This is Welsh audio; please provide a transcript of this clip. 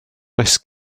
does